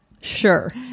Sure